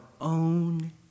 own